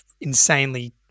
insanely